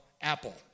Apple